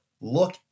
look